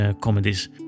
comedies